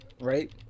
right